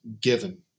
given